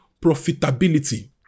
profitability